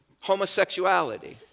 homosexuality